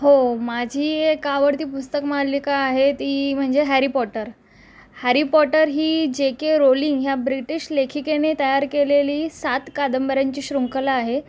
हो माझी एक आवडती पुस्तक मालिका आहे ती म्हणजे हॅरी पॉटर हॅरी पॉटर ही जे के रोलिंग ह्या ब्रिटिश लेखिकेने तयार केलेली सात कादंबऱ्यांची शृंखला आहे